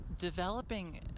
developing